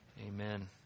Amen